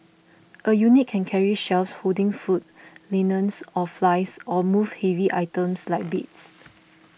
a unit can carry shelves holding food linens or files or move heavy items like beds